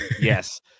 Yes